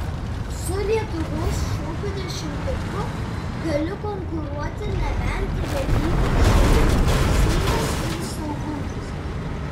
su lietuvos šokių dešimtuku gali konkuruoti nebent realybės šou seimas ir saugumas